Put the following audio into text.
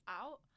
out